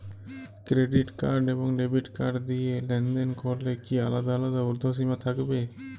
Credit card এবং debit card দিয়ে লেনদেন করলে কি আলাদা আলাদা ঊর্ধ্বসীমা থাকবে?